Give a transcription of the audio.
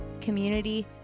community